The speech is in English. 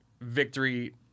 victory